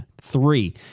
Three